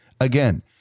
Again